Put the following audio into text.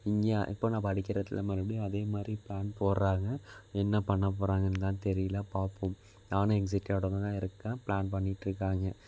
இங்கே இப்போது நான் படிக்கிற இடத்துல மறுபடியும் அதேமாதிரி ப்ளான் போடுறாங்க என்ன பண்ண போகிறாங்கன்னுதான் தெரியல பார்ப்போம் நானும் எக்ஸைட்டோடு தான் இருக்கேன் ப்ளான் பண்ணிட்ருக்காங்க